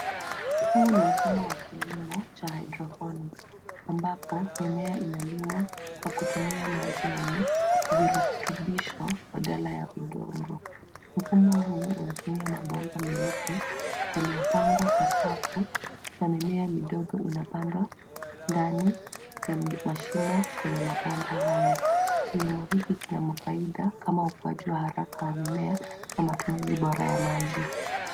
Huu ni mfumo wa kilimo cha hydroponic ambapo mimea inalimwa kwa kutumia maji yenye virutubisho badala ya udongo. Mfumo huu unatumia mabomba meupe yaliyopangwa kwa safu na mimea midogo inapandwa ndani ya mashimo kwenye mabomba haya. Kilimo hiki kina mafaida kama ukuaji wa haraka wa mimea na matumizi bora ya maji.